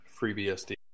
FreeBSD